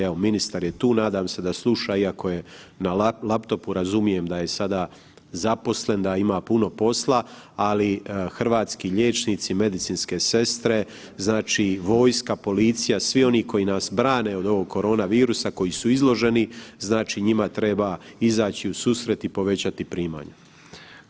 Evo, ministar je tu, nadam se da sluša iako je na laptopu, razumijem da je sada zaposlen, da ima puno posla, ali hrvatski liječnici i medicinske sestre, znači vojska, policija, svi oni koji nas brane od ovog koronavirusa, koji su izloženi, znači njima treba izaći u susret i povećati primanja.